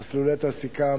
מסלולי תעסוקה,